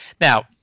now